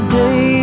day